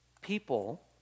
people